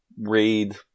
read